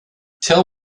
tell